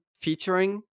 featuring